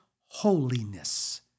holiness